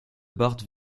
bart